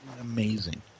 amazing